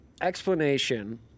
explanation